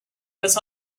was